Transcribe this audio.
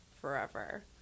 forever